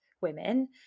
women